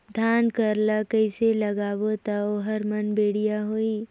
धान कर ला कइसे लगाबो ता ओहार मान बेडिया होही?